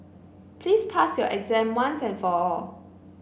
please pass your exam once and for all